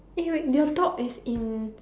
eh wait your dog is in